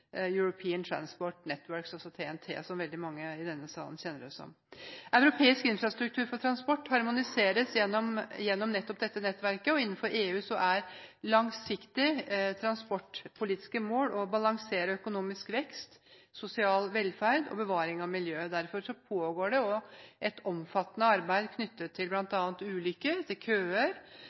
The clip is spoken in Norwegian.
Europeisk infrastruktur for transport harmoniseres gjennom nettopp dette nettverket, og innenfor EU er langsiktige transportpolitiske mål å balansere økonomisk vekst, sosial velferd og bevaring av miljøet. Derfor pågår det et omfattende arbeid knyttet til bl.a. ulykker, køer